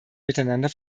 miteinander